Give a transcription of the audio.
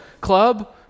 club